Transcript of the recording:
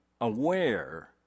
aware